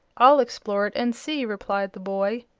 i'll explore it and see, replied the boy.